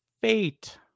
Fate